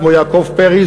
כמו יעקב פרי,